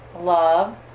love